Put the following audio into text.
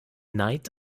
neid